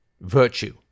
Virtue